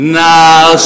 now